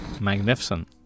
Magnificent